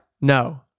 no